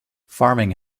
farming